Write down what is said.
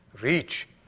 reach